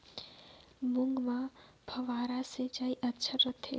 मूंग मे फव्वारा सिंचाई अच्छा रथे?